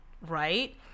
right